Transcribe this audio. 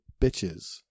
bitches